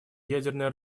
ядерное